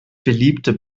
beliebte